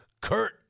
Kurt